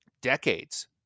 decades